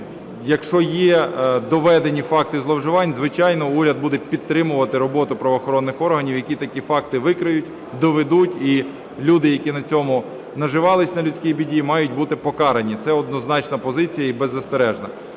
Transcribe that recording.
Якщо є доведені факти зловживань, звичайно, уряд буде підтримувати роботу правоохоронних органів, які такі факти викриють, доведуть. І люди, які на цьому наживались, на людській біді, мають бути покарані. Це однозначна позиція і беззастережна.